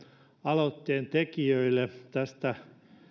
aloitteen tekijöille tästä